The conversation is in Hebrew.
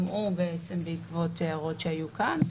גם הוא בעצם בעקבות הערות שהיו כאן,